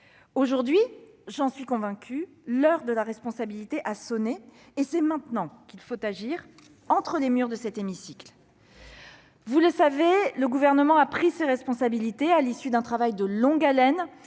Aujourd'hui, j'en suis convaincue, l'heure de la responsabilité a sonné. C'est maintenant qu'il faut agir, au sein de cet hémicycle ! Vous le savez, le Gouvernement a pris ses responsabilités, à l'issue d'un travail de longue haleine,